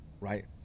right